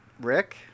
Rick